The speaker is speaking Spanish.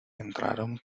entraron